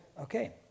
Okay